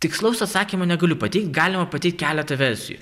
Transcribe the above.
tikslaus atsakymo negaliu pateikt galima pateikt keletą versijų